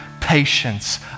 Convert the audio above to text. patience